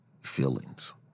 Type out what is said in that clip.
Feelings